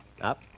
Up